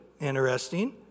interesting